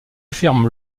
ferme